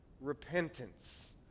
repentance